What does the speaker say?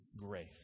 grace